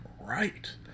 right